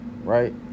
right